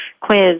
quiz